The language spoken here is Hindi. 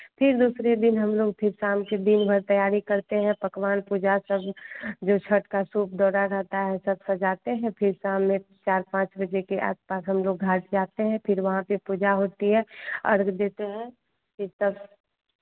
फिर दूसरे दिन हमलोग फिर शाम के दिन भर तैयारी करते हैं पकवान पूजा सब जो छठ का सूप दौरा रहता है सब सजाते हैं फिर शाम में चार पाँच बजे के आस पास हमलोग घाट जाते हैं फिर वहाँ पर पूजा होती है अर्घ्य देते हैं इस त